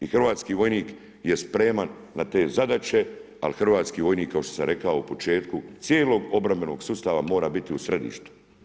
I hrvatski vojnik je spreman na te zadaće, ali hrvatski vojnik, kao što sam rekao u početku, cijelog obrambenog sustavu mora biti u središtu.